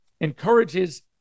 encourages